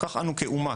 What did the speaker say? כך אנו כאומה,